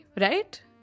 right